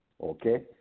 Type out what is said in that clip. Okay